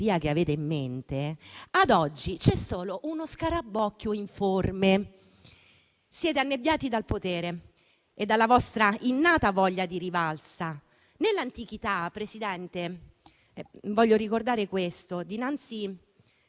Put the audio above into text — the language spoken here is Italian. che avete in mente, ad oggi c'è solo uno scarabocchio informe. Siete annebbiati dal potere e dalla vostra innata voglia di rivalsa. Nell'antichità, Presidente, voglio ricordare questo, dinanzi